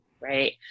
right